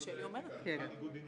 זה נקרא: ניגוד עניינים.